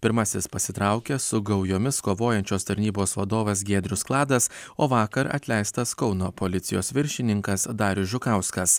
pirmasis pasitraukia su gaujomis kovojančios tarnybos vadovas giedrius kladas o vakar atleistas kauno policijos viršininkas darius žukauskas